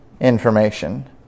information